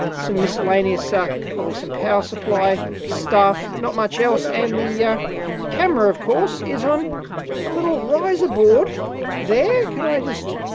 some miscellaneous ah probably some power supply stuff. not much else. and the yeah camera, of course, is on a little riser board there. can i just